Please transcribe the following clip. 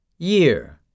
year